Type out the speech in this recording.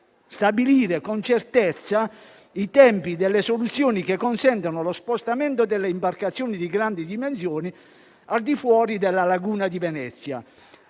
Stabilire con certezza i tempi delle soluzioni che consentano lo spostamento delle imbarcazioni di grandi dimensioni al di fuori della laguna di Venezia;